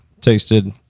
tasted